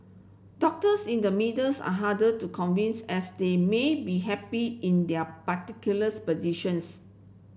doctors in the middles are harder to convince as they may be happy in their particulars positions